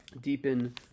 deepen